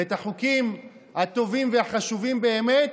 ואת החוקים הטובים והחשובים באמת,